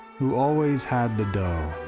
who always had the dough